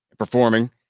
Performing